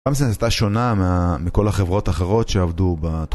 פריימסנס הייתה שונה מכל החברות האחרות שעבדו בתחום.